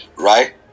Right